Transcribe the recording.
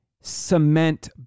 cement